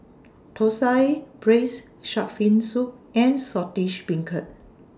Thosai Braised Shark Fin Soup and Saltish Beancurd